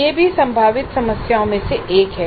यह भी संभावित समस्याओं में से एक है